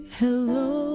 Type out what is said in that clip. hello